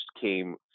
came